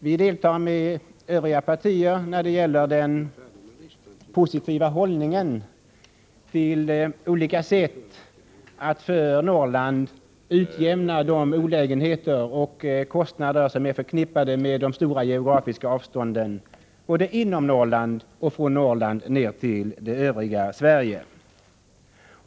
Vi deltar med övriga partier när det gäller den positiva hållningen till att på olika sätt utjämna de olägenheter och kostnader som är förknippade med de stora geografiska avstånden både inom Norrland och från Norrland ner till det övriga Sverige.